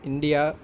India